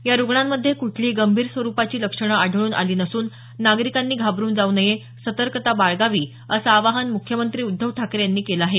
या रुग्णांमध्ये कुठलीही गंभीर स्वरुपाची लक्षणं आढळून आली नसून नागरिकांनी घाबरुन जाऊ नये सतर्कता बाळगावी असं आवाहन मुख्यमंत्री उद्धव ठाकरे यांनी केलं आहे